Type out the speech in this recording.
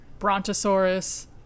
brontosaurus